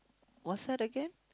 what's that again